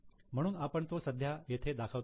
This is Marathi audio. म्हणून आपण तो सध्या येथे दाखवतो आहे